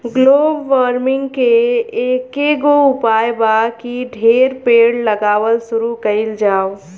global warming के एकेगो उपाय बा की ढेरे पेड़ लगावल शुरू कइल जाव